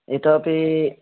इतोपि